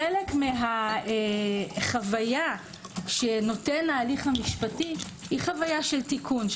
חלק מהחוויה שנותן ההליך המשפטי היא חווית תיקון,